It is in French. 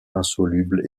insoluble